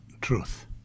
truth